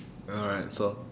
alright so